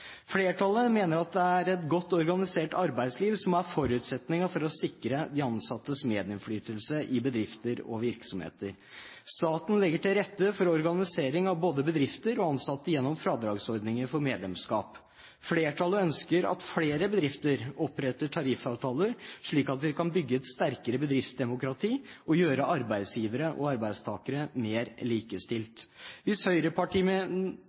Flertallet mener at det er et godt organisert arbeidsliv som er forutsetningen for å sikre de ansattes medinnflytelse i bedrifter og virksomheter. Staten legger til rette for organisering av både bedrifter og ansatte gjennom fradragsordninger for medlemskap. Flertallet ønsker at flere bedrifter oppretter tariffavtaler, slik at vi kan bygge et sterkere bedriftsdemokrati og gjøre arbeidsgivere og arbeidstakere mer likestilt. Hvis høyrepartiene mener noe med